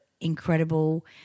incredible